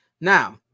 Now